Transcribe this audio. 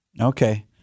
Okay